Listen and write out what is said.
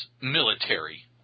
military